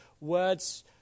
Words